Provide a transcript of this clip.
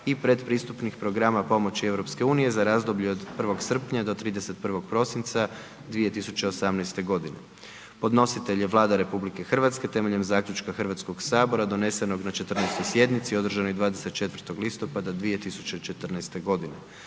i pretpristupnih programa pomoći EU za razdoblje od 1. srpnja do 31. prosinca 2018.g. Podnositelj je Vlada RH temeljem zaključka HS donesenog na 14. sjednici održanoj 24. listopada 2014.g.